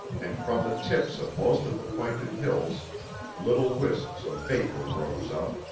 and from the tips of most of the pointed hills little wisps of vapor rose up.